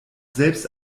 selbst